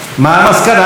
מה המסקנה?